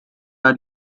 are